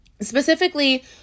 Specifically